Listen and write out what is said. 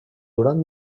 durant